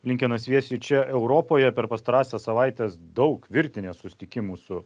linkenas viesi čia europoje per pastarąsias savaites daug virtinė susitikimų su